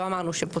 לא אמרנו שפותר.